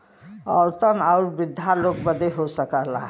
औरतन आउर वृद्धा लोग बदे हो सकला